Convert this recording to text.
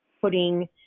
putting